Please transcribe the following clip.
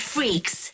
Freaks